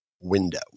window